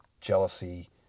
jealousy